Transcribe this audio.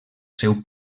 seu